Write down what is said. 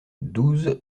douze